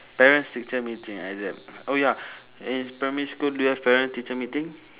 parents teacher meeting exam oh ya in primary school do you have parent teacher meeting